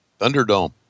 Thunderdome